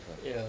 ya